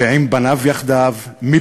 ואומר את זה